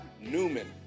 Newman